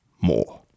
more